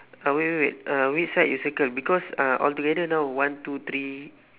uh wait wait wait uh which side you circle because uh altogether now one two three